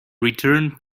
returned